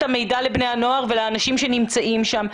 המידע לבני הנוער ולאנשים שנמצאים שם.